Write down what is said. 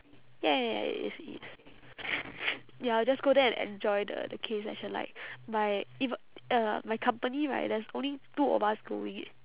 ya ya ya ya it is it is ya I will just go there and enjoy the the K session like my eve~ uh my company right there's only two of us going eh